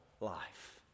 life